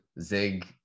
Zig